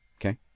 Okay